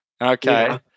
Okay